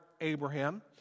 Abraham